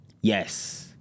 Yes